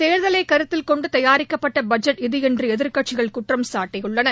தேர்தலை கருத்தில் கொண்டு தயாரிக்கப்பட்ட பட்ஜெட் இது என எதிர்க்கட்சிகள் குற்றம்சாட்டியுள்ளன